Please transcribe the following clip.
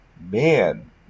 man